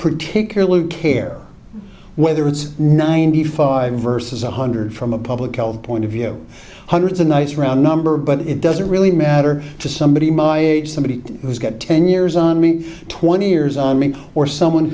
particularly care whether it's ninety five versus one hundred from a public health point of view hundreds a nice round number but it doesn't really matter to somebody my age somebody who's got ten years on me twenty years on me or someone